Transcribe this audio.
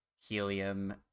helium